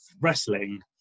wrestling